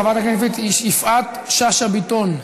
חברת הכנסת יפעת שאשא ביטון,